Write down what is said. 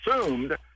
assumed